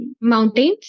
Mountains